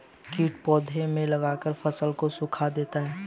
कीट पौधे में लगकर फसल को सुखा देते हैं